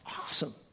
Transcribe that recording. awesome